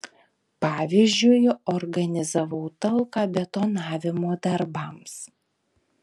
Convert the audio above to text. pavyzdžiui organizavau talką betonavimo darbams